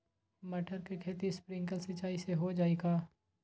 मटर के खेती स्प्रिंकलर सिंचाई से हो जाई का?